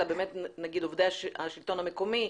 אלא באמת נגיד עובדי השלטון המקומי.